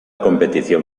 competición